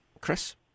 Chris